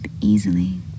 easily